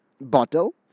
bottle